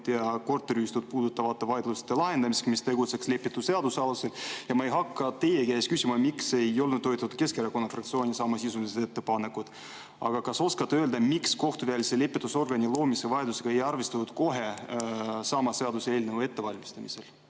ja korteriühistut puudutavate vaidluste lahendamiseks, mis tegutseks lepitusseaduse alusel. Ma ei hakka teie käest küsima, miks ei ole toetatud Keskerakonna fraktsiooni samasisulisi ettepanekuid. Aga kas oskate öelda, miks kohtuvälise lepitusorgani loomise vajadusega ei arvestatud kohe sama seaduseelnõu ettevalmistamisel